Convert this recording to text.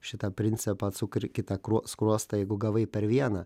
šitą principą atsuk ir kitą skruostą jeigu gavai per vieną